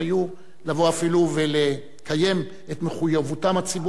לבוא אפילו ולקיים את מחויבותם הציבורית.